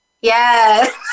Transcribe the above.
Yes